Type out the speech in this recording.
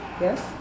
Yes